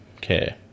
care